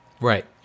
Right